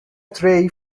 tray